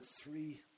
three